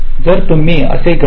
तर तुम्ही असे गणित करा